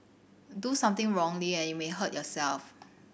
do something wrongly and you may hurt yourself